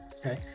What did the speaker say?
okay